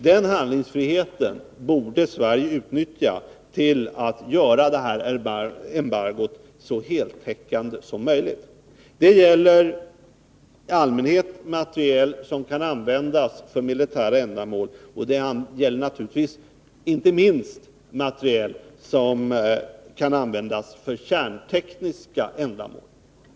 Den handlingsfriheten borde Sverige utnyttja till att göra embargot så heltäckande som möjligt. Det gäller i allmänhet materiel som kan användas för militära ändamål, och det gäller naturligtvis inte minst materiel som kan användas för kärntekniska ändamål.